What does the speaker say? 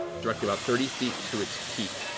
directly about thirty feet to its peak,